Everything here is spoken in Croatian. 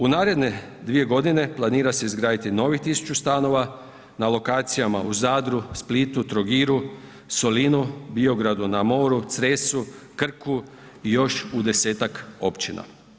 U naredne 2 godine planira se izgraditi novih 1000 stanova na lokacijama u Zadru, Splitu, Trogiru, Solinu, Biogradu na moru, Cresu, Krku i još u desetak općina.